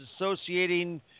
associating